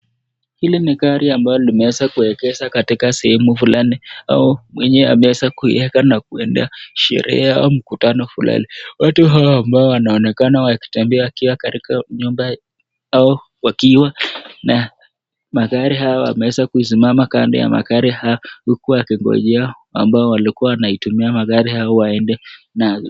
Hili ni gari ambalo limeweza kuegeza katika sehemu fulani, au mwenyewe ameweza kuiweka nakuendea sherehe au mkutano fulani. Watu hawa ambao wanaonekana wakitembea wakiwa katika nyumba au wakiwa na magari hayo yameweza kusimama kando ya magari hayo, huku wakingonjea ambao walikuwa wakitumia magari hayo waendee na...